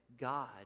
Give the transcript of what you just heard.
God